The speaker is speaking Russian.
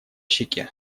щеке